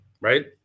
right